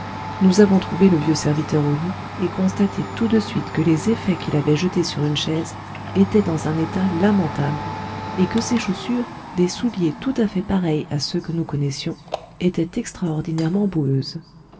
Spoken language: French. nous avons trouvé le vieux serviteur au lit et constaté tout de suite que les effets qu'il avait jetés sur une chaise étaient dans un état lamentable et que ses chaussures des souliers tout à fait pareils à ceux que nous connaissions étaient extraordinairement boueux